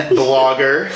blogger